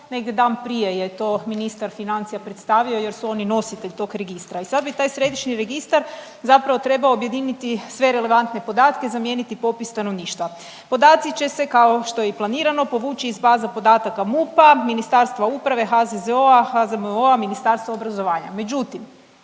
negdje dan prije je to ministar financija predstavio jer su oni nositelj tog registra. I sad bi taj Središnji registar zapravo trebao objediniti sve relevantne podatke, zamijeniti popis stanovništva. Podaci će se kao što je planirano povući iz baze podataka MUP-a, Ministarstva uprave, HZZO-a, HZMO-a, Ministarstva obrazovanja.